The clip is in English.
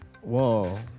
Whoa